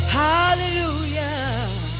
hallelujah